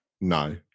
No